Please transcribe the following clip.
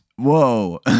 Whoa